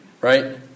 Right